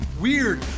weird